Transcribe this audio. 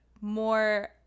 more